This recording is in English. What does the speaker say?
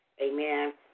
amen